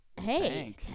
Hey